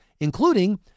including